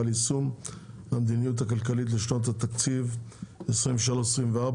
ליישום המדיניות הכלכלית לשנות התקציב 2023 ו-2024),